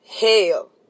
hell